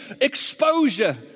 exposure